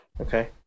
Okay